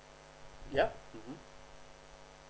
yup mmhmm